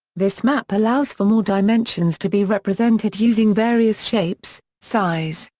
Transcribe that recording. this map allows for more dimensions to be represented using various shapes, size,